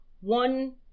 one